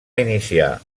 iniciar